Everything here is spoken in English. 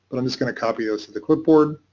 but i'm just going to copy those to the clipboard.